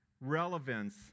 relevance